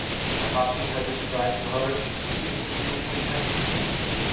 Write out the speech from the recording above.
her husband had described to her his interview with major hynd,